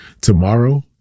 tomorrow